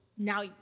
now